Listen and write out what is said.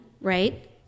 right